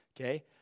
Okay